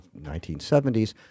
1970s